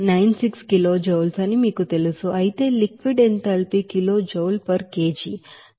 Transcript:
96 kilojoules అని మీకు తెలుసు అయితే liquid enthalpy kilojoule per kg